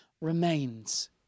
remains